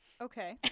Okay